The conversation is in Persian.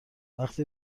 وقتی